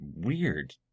weird